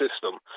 system